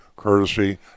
courtesy